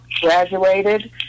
graduated